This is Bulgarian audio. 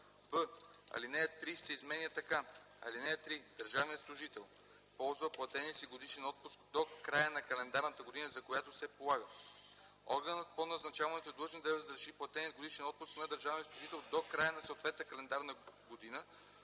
б) алинея 3 се изменя така: „(3) Държавният служител ползва платения си годишен отпуск до края на календарната година, за която се полага. Органът по назначаването е длъжен да разреши платения годишен отпуск на държавния служител до края на съответната календарна година,